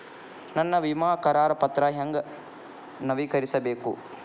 ನನ್ನ ವಿಮಾ ಕರಾರ ಪತ್ರಾ ಹೆಂಗ್ ನವೇಕರಿಸಬೇಕು?